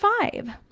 five